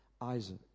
Isaac